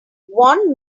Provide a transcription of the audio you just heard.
want